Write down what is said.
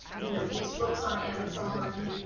you know, use books on amazon.